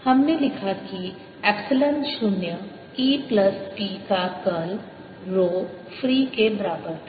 हमने लिखा कि एप्सिलॉन शून्य E प्लस P का कर्ल रो फ्री के बराबर था